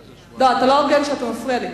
לא, אתה לא הוגן שאתה מפריע לי.